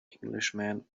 englishman